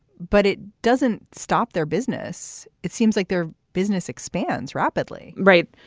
but it doesn't stop their business. it seems like their business expands rapidly right.